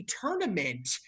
tournament